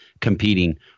competing